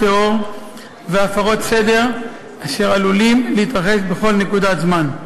טרור והפרות סדר אשר עלולים להתרחש בכל נקודת זמן.